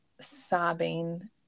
sobbing